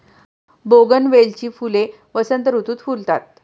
बोगनवेलीची फुले वसंत ऋतुत फुलतात